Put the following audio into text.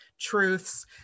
truths